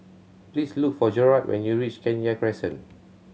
please look for Jerrad when you reach Kenya Crescent